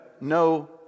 no